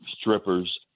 strippers